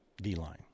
D-line